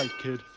and kid,